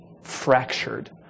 fractured